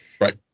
right